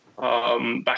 back